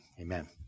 Amen